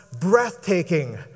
breathtaking